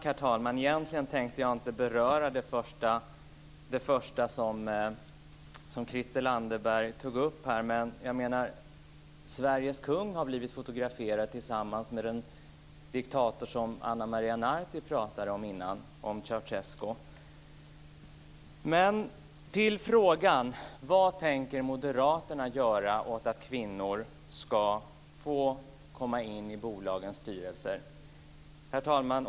Herr talman! Egentligen tänkte jag inte beröra det första som Christel Anderberg tog upp här. Men Sveriges kung har faktiskt blivit fotograferad tillsammans med den diktator som Ana Maria Narti pratade om tidigare - Ceaucescu. Jag övergår till frågan om vad Moderaterna tänker göra åt att kvinnor ska få komma in i bolagens styrelser. Herr talman!